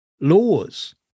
laws